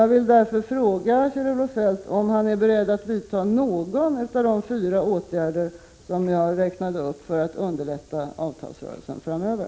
Jag vill därför fråga Kjell-Olof Feldt om han är beredd att genomföra någon av de fyra åtgärder som jag har räknat upp för att underlätta avtalsrörelsen framöver.